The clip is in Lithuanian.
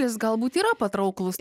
jis galbūt yra patrauklūs